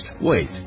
Wait